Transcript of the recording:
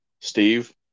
Steve